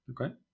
Okay